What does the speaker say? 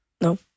no